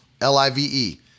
L-I-V-E